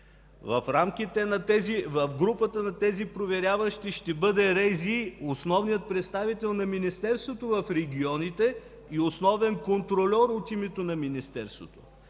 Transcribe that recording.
в групата на тези проверяващи ще бъде РЗИ – основният представител на Министерството в регионите и основен контрольор от името на Министерството,